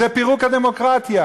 זה פירוק הדמוקרטיה.